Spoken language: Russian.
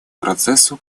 процессу